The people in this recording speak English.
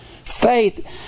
faith